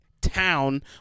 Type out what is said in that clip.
town